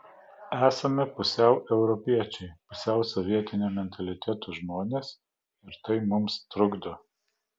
esame pusiau europiečiai pusiau sovietinio mentaliteto žmonės ir tai mums trukdo